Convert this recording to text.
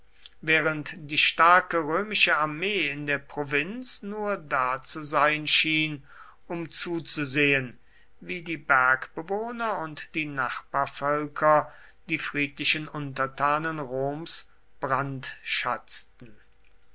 während die starke römische armee in der provinz nur da zu sein schien um zuzusehen wie die bergbewohner und die nachbarvölker die friedlichen untertanen roms brandschatzten